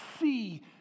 see